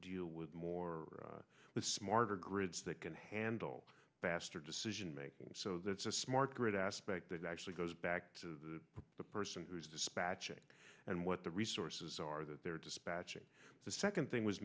deal with more smarter grids that can handle faster decisionmaking so that's a smart grid aspect that actually goes back to the person who's dispatching and what the resources are that they're dispatching the second thing was